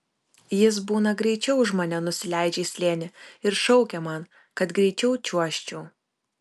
jis būna greičiau už mane nusileidžia į slėnį ir šaukia man kad greičiau čiuožčiau